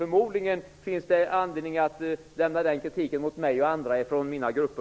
Förmodligen finns det anledning att rikta samma kritik mot mig och andra från våra grupper.